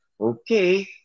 Okay